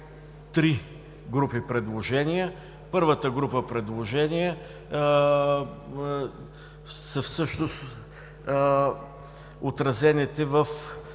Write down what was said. три групи предложения. Първата група предложения са отразените в